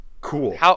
cool